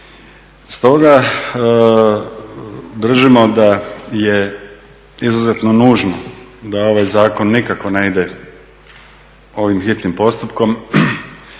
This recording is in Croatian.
Stoga držimo da je izuzetno nužno da ovaj zakon nikako ne ide ovim hitnim postupkom,